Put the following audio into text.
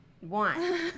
One